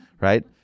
right